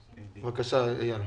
בבקשה.